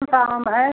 कौन सा आम है